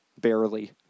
barely